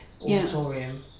auditorium